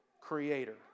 Creator